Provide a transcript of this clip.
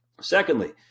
secondly